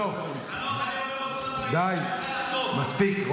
רון כץ (יש עתיד): חנוך --- די, מספיק.